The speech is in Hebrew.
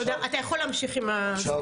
תודה, אתה יכול להמשיך עם הסקירה.